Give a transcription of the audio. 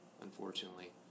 unfortunately